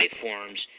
forms